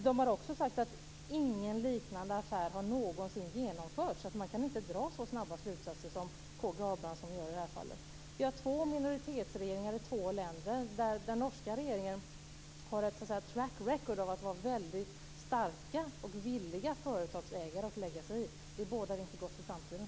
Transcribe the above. De har också sagt att ingen liknande affär någonsin har genomförts. Därför kan man inte dra så snabba slutsatser som K G Abramsson gör i det här fallet. Vi har två minoritetsregeringar i två länder. Den norska regeringen har ett track record av att vara väldigt starka och villiga företagsägare och gärna lägga sig i. Det bådar inte gott för framtiden.